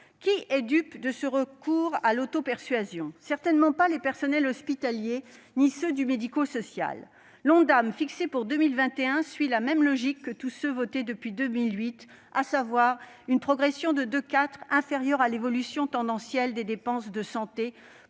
Qui est dupe de ce recours à l'auto-persuasion ? Certainement pas les personnels hospitaliers ni ceux du secteur médico-social ! L'Ondam fixé pour 2021 suit la même logique que tous ceux qui ont été votés depuis 2008, à savoir une progression, à hauteur de 2,4 %, inférieure à l'évolution tendancielle des dépenses de santé,